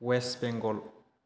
west Bengal